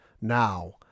now